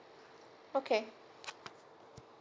okay